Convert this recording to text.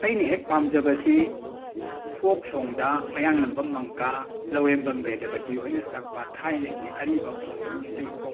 ꯑꯩꯅ ꯍꯦꯛ ꯄꯥꯝꯖꯕꯁꯤ ꯐꯣꯛ ꯁꯣꯡꯗ ꯃꯌꯥꯡꯂꯝꯕꯝ ꯃꯪꯀꯥ ꯂꯧꯔꯦꯝꯕꯝ ꯕꯦꯗꯕꯇꯤ ꯍꯣꯏꯅ ꯁꯛꯄ ꯊꯥꯏꯅꯒꯤ ꯑꯔꯤꯕ ꯈꯨꯅꯨꯡ ꯏꯁꯩ ꯐꯣꯛ